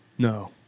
No